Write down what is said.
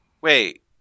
wait